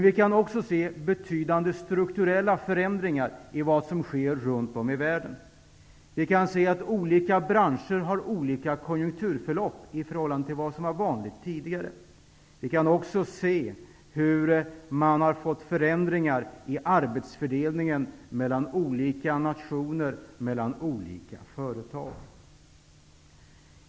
Vi kan också se betydande strukturella förändringar i vad som sker runt om i världen. Vi kan se att olika branscher har olika konjunkturförlopp i förhållande till vad som var vanligt tidigare. Vi kan också se hur det har skett förändringar i arbetsfördelningen mellan olika nationer och mellan olika företag.